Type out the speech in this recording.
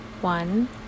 One